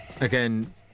Again